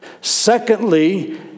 Secondly